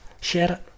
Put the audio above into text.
Share